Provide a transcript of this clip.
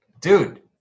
dude